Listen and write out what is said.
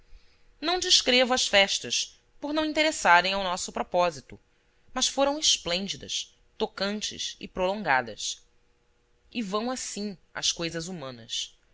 não descrevo as festas por não interessarem ao nosso propósito mas foram esplêndidas tocantes e prolongadas e vão assim as coisas humanas